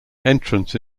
entrance